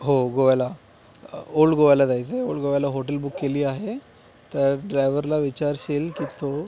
हो गोव्याला ओल्ड गोव्याला जायचंय ओल्ड गोव्याला होटेल बुक केली आहे तर ड्रायव्हरला विचारशील की तो